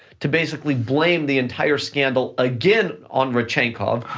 to basically blame the entire scandal, again, on rodchenkov,